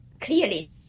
clearly